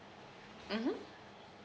mmhmm